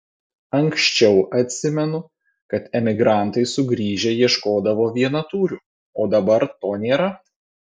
anksčiau atsimenu kad emigrantai sugrįžę ieškodavo vienatūrių o dabar to nėra